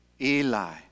Eli